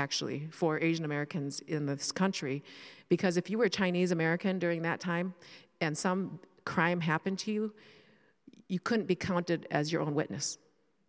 actually for asian americans in the country because if you were chinese american during that time and some crime happened to you you couldn't be counted as your own witness